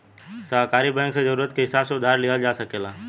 सहकारी बैंक से जरूरत के हिसाब से उधार लिहल जा सकेला